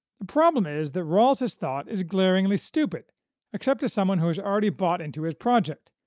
the problem is that rawls's thought is glaringly stupid except to someone who has already bought into his project,